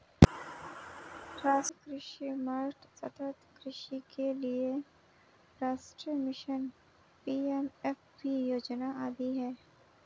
राष्ट्रीय कृषि मार्केट, सतत् कृषि के लिए राष्ट्रीय मिशन, पी.एम.एफ.बी योजना आदि है